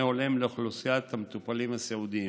הולם לאוכלוסיית המטופלים הסיעודיים.